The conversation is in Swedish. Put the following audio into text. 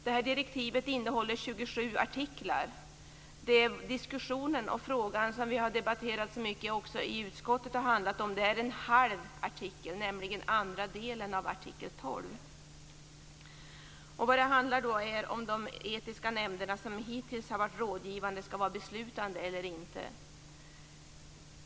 Det här direktivet innehåller 27 artiklar. Det diskussionen har handlat om, och det vi har debatterat så mycket i utskottet, är en halv artikel, nämligen andra delen av artikel 12. Vad det gäller är huruvida de etiska nämnderna, som hittills har varit rådgivande, skall vara beslutande eller inte.